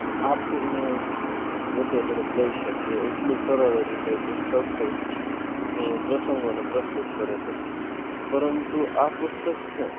આપણે જદ્દોજહદ લઈ શકીએ એટલું સરળ રીતે પુસ્તક પ્રસંગોને પ્રસ્તુત કરે છે પરંતુ આ પુસ્તક છે